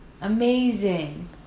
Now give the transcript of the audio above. amazing